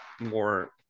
more